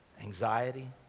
anxiety